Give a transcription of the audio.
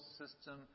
system